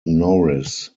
norris